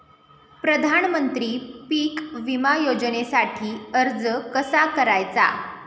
प्रधानमंत्री पीक विमा योजनेसाठी अर्ज कसा करायचा?